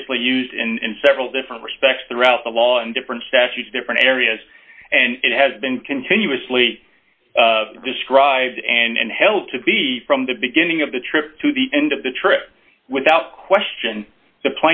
obviously used in several different respects throughout the law in different statutes different areas and it has been continuously described and held to be from the beginning of the trip to the end of the trip without question the